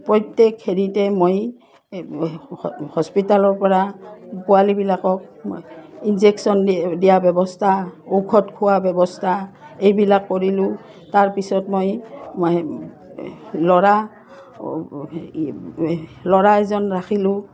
প্ৰত্যেক হেৰিতে মই হস্পিটেলৰপৰা পোৱালবিলাকক মই ইনজেকশ্যন দিয়া ব্যৱস্থা ঔষধ খোৱা ব্যৱস্থা এইবিলাক কৰিলোঁ তাৰপিছত মই ল'ৰা ল'ৰা এজন ৰাখিলোঁ